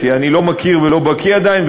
כי אני לא מכיר ולא בקי עדיין,